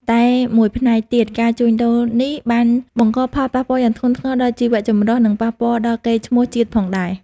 តែមួយផ្នែកទៀត ការជួញដូរនេះបានបង្កផលប៉ះពាល់យ៉ាងធ្ងន់ធ្ងរដល់ជីវចម្រុះ និងប៉ះពាល់ដល់កេរ្តិ៍ឈ្មោះជាតិផងដែរ។